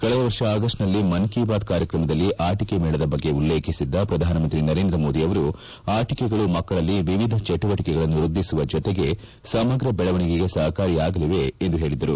ಕಳೆದ ವರ್ಷ ಅಗಸ್ಟ್ನಲ್ಲಿ ಮನ್ ಕೀ ಬಾತ್ ಕಾರ್ಯಕ್ರಮದಲ್ಲಿ ಆಟಿಕೆ ಮೇಳದ ಬಗ್ಗೆ ಉಲ್ಲೇಖಿಸಿದ್ದ ಪ್ರಧಾನಮಂತ್ರಿ ನರೇಂದ್ರ ಮೋದಿ ಅವರು ಆಟಿಕೆಗಳು ಮಕ್ಕಳಲ್ಲಿ ವಿವಿಧ ಚಟುವಟಿಕೆಗಳನ್ನು ವ್ವದ್ಧಿಸುವ ಜೊತೆಗೆ ಸಮಗ ಬೆಳವಣಿಗೆಗೆ ಸಹಕಾರಿಯಾಗಲಿದೆ ಎಂದು ಹೇಳಿದ್ದರು